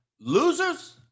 Losers